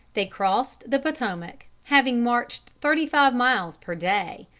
they crossed the potomac, having marched thirty-five miles per day.